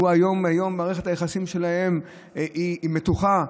והיום מערכת היחסים שלהם היא מתוחה.